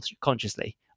consciously